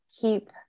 keep